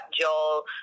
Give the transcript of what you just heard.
Joel